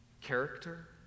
character